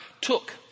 took